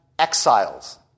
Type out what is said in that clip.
exiles